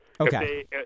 Okay